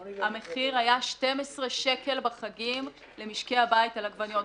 המחיר היה 12 שקל בחגים למשקי הבית על העגבניות,